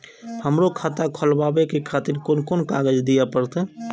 हमरो खाता खोलाबे के खातिर कोन कोन कागज दीये परतें?